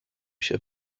się